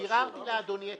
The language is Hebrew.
זה לא המחיר.